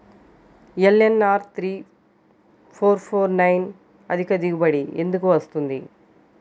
LNR three four four four nine అధిక దిగుబడి ఎందుకు వస్తుంది?